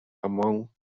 among